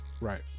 Right